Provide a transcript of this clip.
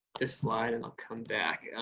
this line and i'll come back.